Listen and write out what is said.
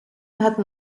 hatten